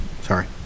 Sorry